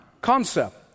concept